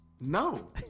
no